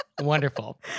wonderful